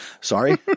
Sorry